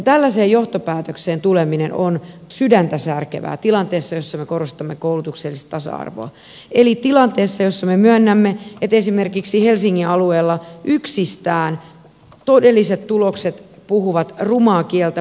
tällaiseen johtopäätökseen tuleminen on sydäntäsärkevää tilanteessa jossa me korostamme koulutuksellista tasa arvoa eli tilanteessa jossa me myönnämme että esimerkiksi yksistään helsingin alueella todelliset tulokset puhuvat rumaa kieltä puolestaan